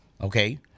Okay